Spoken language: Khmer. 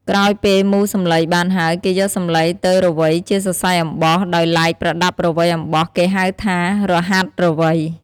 ក្រោយពេលមូរសំឡីបានហើយគេយកសំឡីទៅរវៃជាសសៃអំបោះ ដោយឡែកប្រដាប់រវៃអំបោះគេហៅថារហាត់រវៃ។